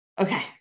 okay